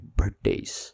birthdays